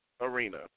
arena